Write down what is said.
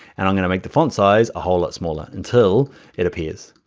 and i'm gonna make the font size a whole lot smaller until it appears.